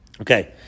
Okay